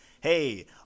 hey